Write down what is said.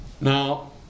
Now